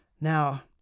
Now